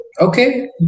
okay